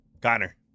Connor